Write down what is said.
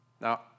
Now